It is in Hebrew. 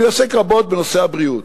אני עוסק רבות בנושא הבריאות.